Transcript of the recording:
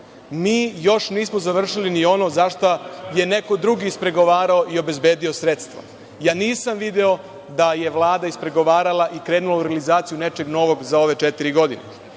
mi još nismo završili ni ono zašta je neko drugi ispregovarao i obezbedio sredstva. Nisam video da je Vlada ispregovarala i krenula u realizaciju nečeg novog za ove četiri godine,